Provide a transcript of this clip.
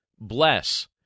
bless